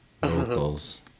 vocals